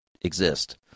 exist